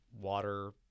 water